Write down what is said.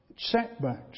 setbacks